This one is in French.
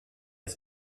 des